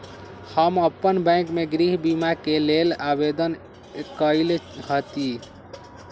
हम अप्पन बैंक में गृह बीमा के लेल आवेदन कएले हति